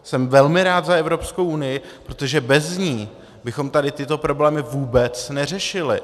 Jsem velmi rád za Evropskou unii, protože bez ní bychom tady tyto problémy vůbec neřešili.